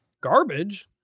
garbage